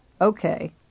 Okay